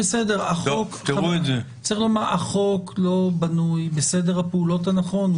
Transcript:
החוק לא בנוי בסדר הפעולות הנכון.